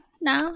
now